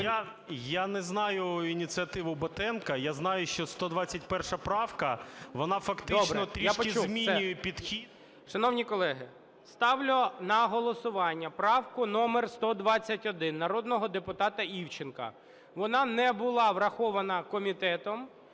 Я не знаю ініціативу Батенка. Я знаю, що 121 правка вона фактично трішки змінює підхід… ГОЛОВУЮЧИЙ. Добре, я почув, все. Шановні колеги, ставлю на голосування правку номер 121, народного депутата Івченка. Вона не була врахована комітетом,